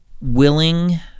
willing